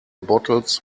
bottles